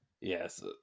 Yes